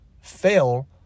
fail